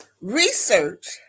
research